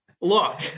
look